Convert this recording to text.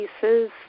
pieces